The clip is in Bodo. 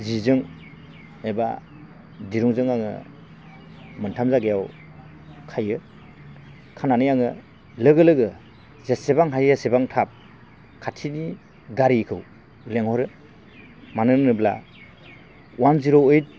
जि जों एबा दिरुंजों आङो मोनथाम जायगायाव खायो खानानै आङो लोगो लोगो जेसेबां हायो एसेबां थाब खाथिनि गारिखौ लिंहरो मानो होनोब्ला अवान जिर' ओइथ